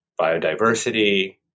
biodiversity